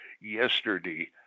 Yesterday